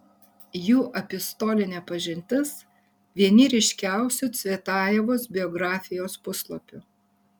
jų epistolinė pažintis vieni ryškiausių cvetajevos biografijos puslapių